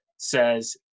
says